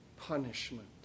punishment